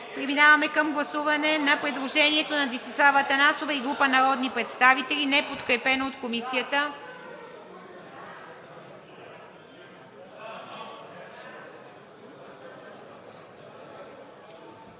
Подлагам на гласуване предложението на Десислава Атанасова и група народни представители, неподкрепено от Комисията.